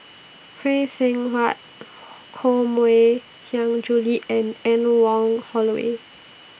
Phay Seng Whatt Koh Mui Hiang Julie and Anne Wong Holloway